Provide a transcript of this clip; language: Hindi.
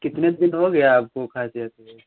कितने दिन हो गया आपको खाँसी आते हुए